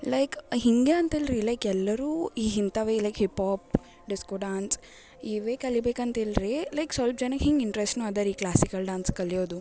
like ಹಿಂಗೇ ಅಂತಲ್ರಿ like ಎಲ್ಲರೂ ಈ ಇಂಥವೆ ಲೈಕ್ ಹಿಪೊಪ್ ಡಿಸ್ಕೋ ಡಾನ್ಸ್ ಇವೆ ಕಲೀಬೇಕಂತಿಲ್ರಿ ಲೈಕ್ ಸ್ವಲ್ಪ್ ಜನಕ್ಕೆ ಹಿಂಗೆ ಇಂಟ್ರೆಸ್ಟ್ನು ಅದ ರೀ ಈ ಕ್ಲಾಸಿಕಲ್ ಡಾನ್ಸ್ ಕಲಿಯೋದು